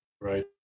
right